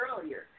earlier